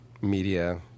media